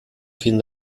fin